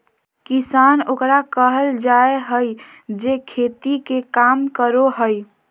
किसान ओकरा कहल जाय हइ जे खेती के काम करो हइ